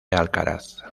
alcaraz